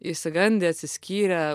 išsigandę atsiskyrę